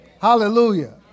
Hallelujah